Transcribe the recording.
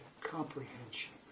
comprehension